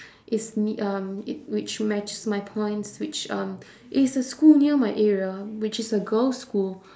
it's me~ um it which matches my points which um it's a school near my area which is a girls' school